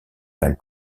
mal